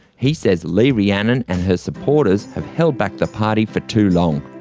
he says lee rhiannon and her supporters have held back the party for too long.